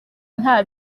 nta